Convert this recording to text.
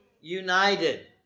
united